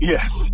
Yes